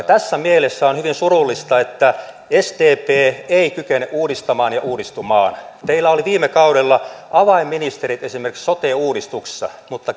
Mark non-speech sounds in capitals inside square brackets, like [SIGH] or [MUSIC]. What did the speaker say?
[UNINTELLIGIBLE] tässä mielessä on hyvin surullista että sdp ei kykene uudistamaan ja uudistumaan teillä oli viime kaudella avainministerit esimerkiksi sote uudistuksessa mutta [UNINTELLIGIBLE]